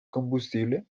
combustible